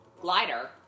glider